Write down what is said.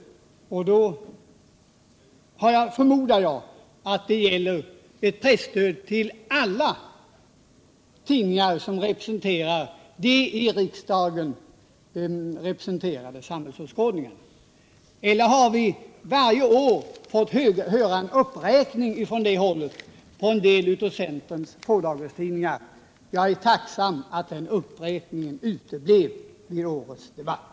Då förmodar jag att detta gäller presstöd till alla tidningar som gör sig till tolk för de i riksdagen representerade samhällsåskådningarna. Tidigare har vi varje år från det hållet fått höra en uppräkning av en del av centerns fådagarstidningar, men jag är tacksam för att den uppräkningen har uteblivit vid årets debatt.